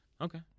Okay